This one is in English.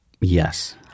Yes